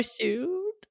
shoot